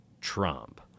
Trump